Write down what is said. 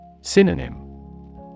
Synonym